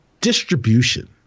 distribution